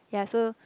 yeah so